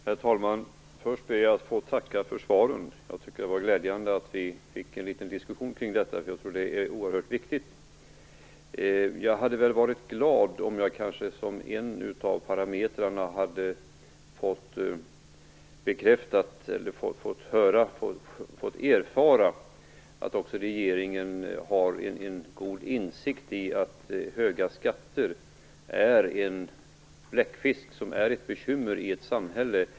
Herr talman! Först ber jag att få tacka för svaren. Jag tycker att det var glädjande att vi fick en liten diskussion kring detta. Jag tror att det är oerhört viktigt. Jag hade varit glad om jag fått erfara att regeringen har en god insikt i att höga skatter är en bläckfisk som är ett bekymmer i ett samhälle.